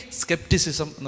skepticism